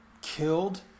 killed